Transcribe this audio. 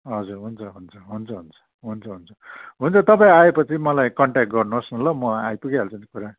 हजुर हुन्छ हुन्छ हुन्छ हुन्छ हुन्छ हुन्छ हुन्छ तपाईँ आएपछि मलाई कन्ट्याक्ट गर्नुहोस् न ल म आइपुगिहाल्छु नि